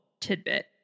tidbit